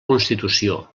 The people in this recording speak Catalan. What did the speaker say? constitució